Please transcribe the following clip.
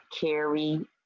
carry